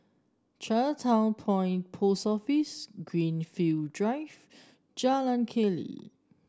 Chinatown Point Post Office Greenfield Drive Jalan Keli